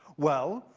well,